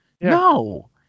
No